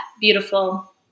beautiful